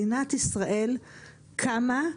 מדינת ישראל קמה,